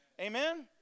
Amen